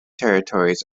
territories